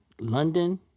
London